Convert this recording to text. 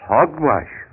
Hogwash